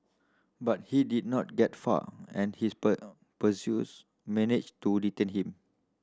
but he did not get far and his pursuers managed to detain him